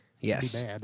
Yes